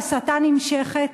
וההסתה נמשכת.